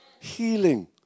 healing